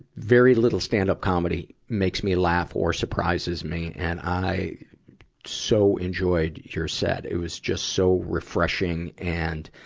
very little stand-up comedy makes me laugh or surprises me. and i so enjoyed your set. it was just so refreshing and,